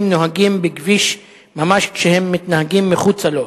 נוהגים בכביש ממש כפי שהם מתנהגים מחוצה לו: